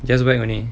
just whack only